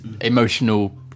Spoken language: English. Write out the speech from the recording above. emotional